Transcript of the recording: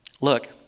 Look